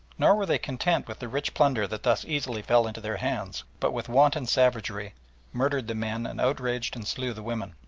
nor were they content with the rich plunder that thus easily fell into their hands, but with wanton savagery murdered the men and outraged and slew the women.